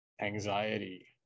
anxiety